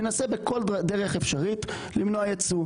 מנסה בכל דרך אפשרית למנוע ייצוא.